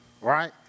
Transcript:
right